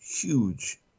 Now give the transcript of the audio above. huge